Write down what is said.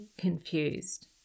confused